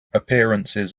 appearances